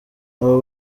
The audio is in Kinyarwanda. abo